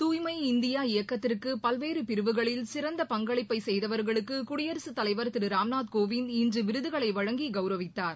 துய்மை இந்தியா இயக்கத்திற்கு பல்வேறு பிரிவுகளில் சிறந்த பங்களிப்பை செய்தவர்களுக்கு குடியரசுத் தலைவர் திரு ராம்நாத் கோவிந்த் இன்று விருதுகளை வழங்கி கௌரவித்தார்